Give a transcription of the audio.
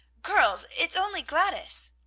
girls! it's only gladys!